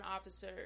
officer